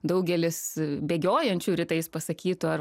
daugelis bėgiojančių rytais pasakytų ar